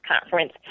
conference